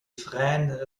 frênes